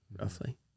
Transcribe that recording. roughly